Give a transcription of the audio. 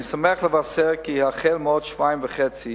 אני שמח לבשר כי החל מעוד שבועיים וחצי